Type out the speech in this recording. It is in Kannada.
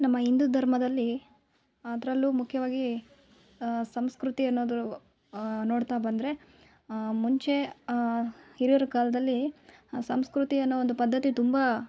ನಮ್ಮ ಹಿಂದೂ ಧರ್ಮದಲ್ಲಿ ಅದರಲ್ಲೂ ಮುಖ್ಯವಾಗಿ ಸಂಸ್ಕೃತಿ ಅನ್ನೋದು ನೋಡ್ತಾ ಬಂದರೆ ಮುಂಚೆ ಹಿರಿಯವ್ರ ಕಾಲದಲ್ಲಿ ಸಂಸ್ಕೃತಿ ಅನ್ನೋ ಒಂದು ಪದ್ಧತಿ ತುಂಬಾ